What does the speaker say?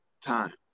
time